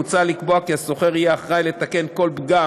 מוצע לקבוע כי השוכר יהיה אחראי לתקן כל פגם